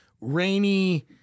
rainy